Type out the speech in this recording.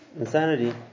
insanity